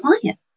client